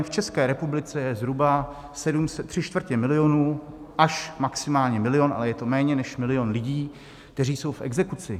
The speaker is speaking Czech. V České republice je zhruba tři čtvrtě milionu až maximálně milion, ale je to méně než milion, lidí, kteří jsou v exekuci.